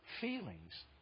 feelings